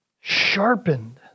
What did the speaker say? sharpened